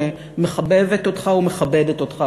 אני מחבבת אותך ומכבדת אותך,